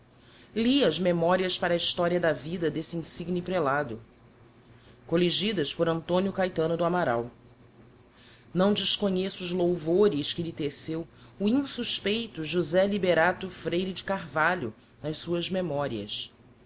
li as memorias para a historia da vida d'este insigne prelado colligidas por antonio caetano do amaral não desconheço os louvores que lhe teceu o insuspeito josé liberato freire de carvalho nas suas memorias